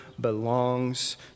belongs